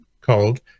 called